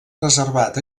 reservat